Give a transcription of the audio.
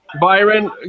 Byron